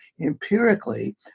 empirically